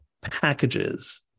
packages